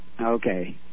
Okay